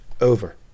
Over